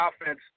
offense